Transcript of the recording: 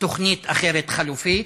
תוכנית אחרת, חלופית,